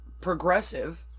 progressive